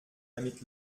damit